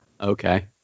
Okay